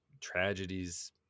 tragedies